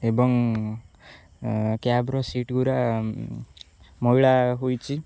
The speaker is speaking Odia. ଏବଂ କ୍ୟାବ୍ର ସିଟ୍ ଗୁୁରା ମଇଳା ହୋଇଛି